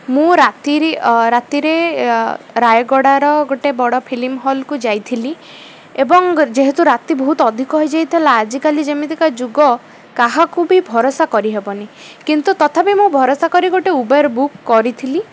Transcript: ମୁଁ ରାତିରେ ରାତିରେ ରାୟଗଡ଼ାର ଗୋଟେ ବଡ଼ ଫିଲ୍ମ ହଲ୍କୁ ଯାଇଥିଲି ଏବଂ ଯେହେତୁ ରାତି ବହୁତ ଅଧିକ ହେଇଯାଇଥିଲା ଆଜିକାଲି ଯେମିତିକା ଯୁଗ କାହାକୁ ବି ଭରସା କରିହବନି କିନ୍ତୁ ତଥାପି ମୁଁ ଭରସା କରି ଗୋଟେ ଉବର୍ ବୁକ୍ କରିଥିଲି